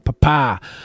Papa